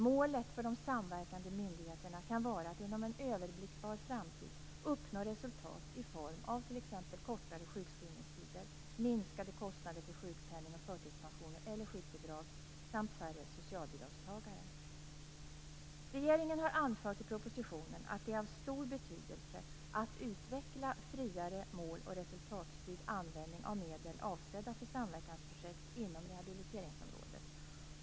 Målet för de samverkande myndigheterna kan vara att inom en överblickbar framtid uppnå resultat i form av t.ex. kortare sjukskrivningstider, minskade kostnader för sjukpenning och förtidspension eller sjukbidrag samt färre socialbidragstagare. Regeringen har anfört i propositionen att det är av stor betydelse att utveckla friare mål och resultatstyrd användning av medel avsedda för samverkansprojekt inom rehabiliteringsområdet.